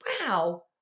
wow